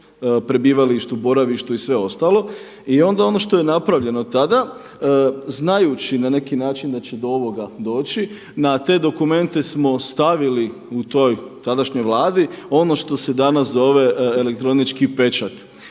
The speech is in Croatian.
prebivalištu, boravištu i sve ostalo. I onda ono što je napravljeno tada znajući na neki način da će do ovoga doći na te dokumente smo stavili u toj tadašnjoj Vladi ono što se danas zove elektronički pečat.